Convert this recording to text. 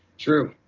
true.